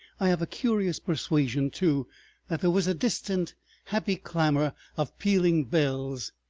i have a curious persuasion too that there was a distant happy clamor of pealing bells,